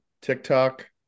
TikTok